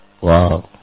Wow